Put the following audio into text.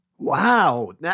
wow